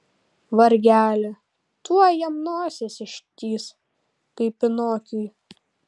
vargeli tuoj jam nosis ištįs kaip pinokiui